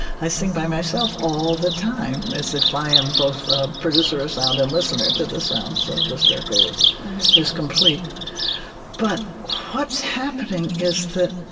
i sing by myself all the time, as if i am both a producer of sound and listener to the sounds. so the circle is is complete but what's happening is that